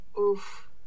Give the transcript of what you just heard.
Oof